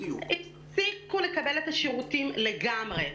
הפסיקו לקבל את השירותים לגמרי.